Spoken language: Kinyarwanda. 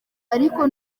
ariko